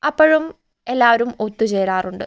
അപ്പഴും എല്ലാവരും ഒത്തുചേരാറുണ്ട്